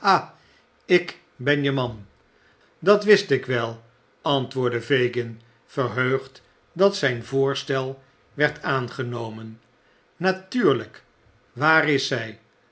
ik ben je man dat wist ik wel antwoordde fagin verheugd dat zijn voorstel werd aangenomen natuurlijk waar is zij